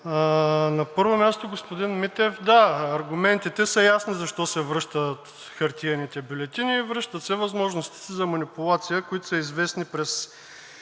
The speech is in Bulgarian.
На първо място, господин Митев, да, аргументите са ясни защо се връщат хартиените бюлетини. Връщат се възможностите за манипулация, които са известни през